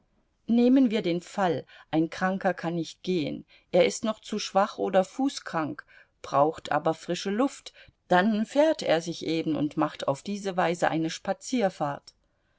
nehmen wir den fall ein kranker kann nicht gehen er ist noch zu schwach oder fußkrank braucht aber frische luft dann fährt er sich eben und macht auf diese weise eine spazierfahrt